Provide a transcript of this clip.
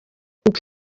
uko